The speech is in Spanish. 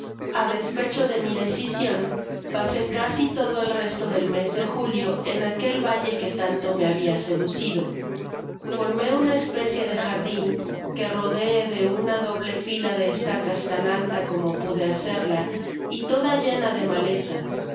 a despecho de mi decision pasé casi todo el resto del mes de julio en aquel valle que tanto me había seducido formé una especie de jardin que rodeé de una doble fila de estacis tan alta como pude bacerla y toda llena de maleza